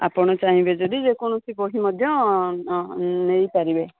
ଆପଣ ଚାହିଁବେ ଯଦି ଯେକୌଣସି ବହି ମଧ୍ୟ ନେଇପାରିବେ